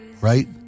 right